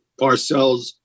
Parcells